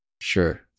Sure